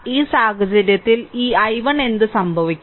ഈ സാഹചര്യത്തിൽ ഈ i1 എന്ത് സംഭവിക്കും